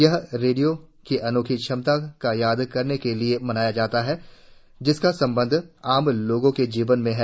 यह रेडियो की अनोखी क्षमता का याद करने के लिए भी मनाया जाता है जिसका संबंध आम लोगों के जीवन में है